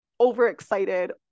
overexcited